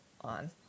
on